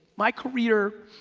my career